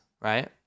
right